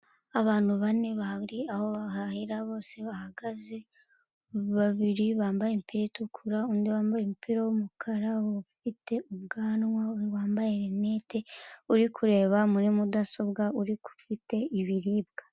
Abantu bane bari aho bahahira, bose bahagaze, babiri bambaye imipira itukura, undi wambaye umupira w'umukara, ufite ubwanwa, wambaye rinete, uri kureba muri mudasobwa, ufite ibiribwa.